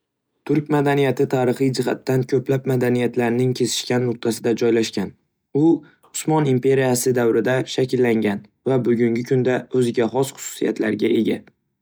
Turk madaniyati tarixiy jihatdan ko'plab madaniyatlarning kesishgan nuqtasida joylashgan. U Usmon imperiyasi davrida shakllangan va bugungi kunda o'ziga xos xususiyatlarga ega.